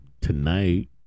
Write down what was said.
tonight